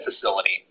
facility